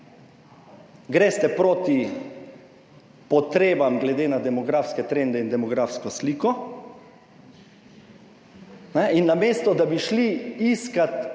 Greste proti potrebam glede na demografske trende in demografsko sliko in namesto da bi šli iskat,